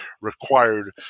required